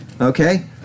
Okay